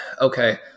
okay